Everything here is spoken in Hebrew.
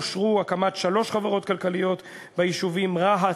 אושרה הקמת שלוש חברות כלכליות ביישובים רהט,